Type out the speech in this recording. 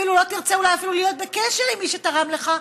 אולי אפילו לא תרצה להיות בקשר עם מי שתרם לך,